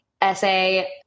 essay